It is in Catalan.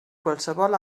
qualsevol